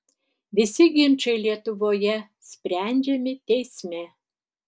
visi ginčai lietuvoje sprendžiami teisme